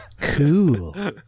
Cool